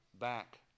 back